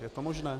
Je to možné?